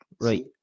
Right